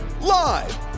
Live